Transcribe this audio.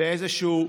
לאיזשהו